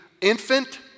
infant